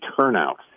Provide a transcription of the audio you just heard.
turnout